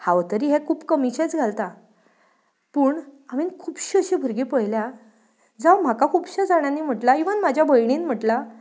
हांव तरी हें खूब कमीचेंच घालता पूण हांवेन खुबशे अशे भुरगे पळयल्या जावं म्हाका खुबश्या जाणांनी म्हटलां इवन म्हाज्या भयणीन म्हटलां